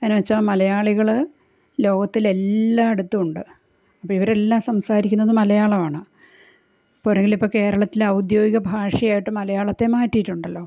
അതെന്താന്ന് വെച്ചാൽ മലയാളികള് ലോകത്തിൽ എല്ലായിടത്തും ഉണ്ട് അപ്പം ഇവരെല്ലാം സംസാരിക്കുന്നത് മലയാളമാണ് പോരെങ്കിൽ ഇപ്പോൾ കേരളത്തിൽ ഔദ്യോഗിക ഭാഷയായിട്ട് മലയാളത്തെ മാറ്റിയിട്ടുണ്ടല്ലൊ